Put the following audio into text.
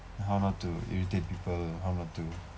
how not to irritate people how not to